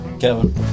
Kevin